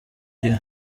gihe